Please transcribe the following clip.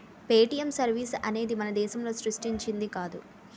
Paytm service అనేది మన దేశం సృష్టించింది కాదు